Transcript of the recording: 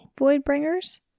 Voidbringers